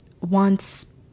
wants